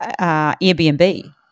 Airbnb